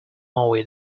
maui